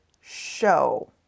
show